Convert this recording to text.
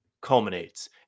culminates